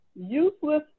useless